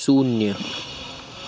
शून्य